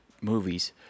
movies